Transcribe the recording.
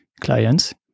clients